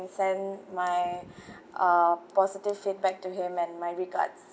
send my uh positive feedback to him and my regards